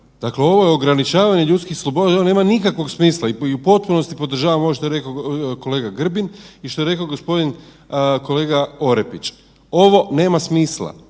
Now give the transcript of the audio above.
Dakle ovo je ograničavanje ljudskih sloboda, ovo nema nikakvog smisla i u potpunosti podržavam ovo što je rekao kolega Grbin i što je rekao gospodin kolega Orepić, ovo nema smisla,